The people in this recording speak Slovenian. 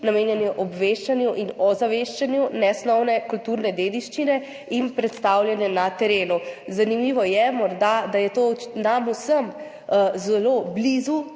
namenjene obveščanju in ozaveščanju nesnovne kulturne dediščine in predstavljanju na terenu. Zanimivo je morda, da je to nam vsem zelo blizu,